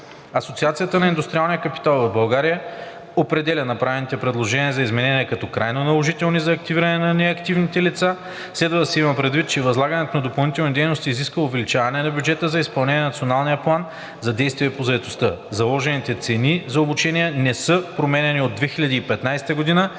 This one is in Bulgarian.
Асоциацията на индустриалния капитал в България определя направените предложения за изменения като крайно наложителни за активиране на неактивните лица. Следва да се има предвид, че възлагането на допълнителни дейности изисква увеличаване на бюджета за изпълнение на Националния план за действие по заетостта. Заложените цени за обучения не са променяни от 2015 г.